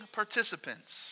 participants